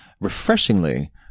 refreshingly